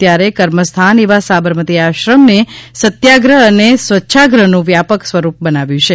ત્યારે કર્મસ્થાન એવા સાબરમતી આશ્રમને સત્યાગ્રહ અને સ્વચ્છાગ્રહનું વ્યાપક સ્વરૂપ બનાવ્યું છે